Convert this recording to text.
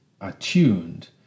attuned